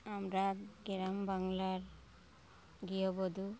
আমরা গ্রাম বাংলার গৃহবধূ